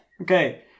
Okay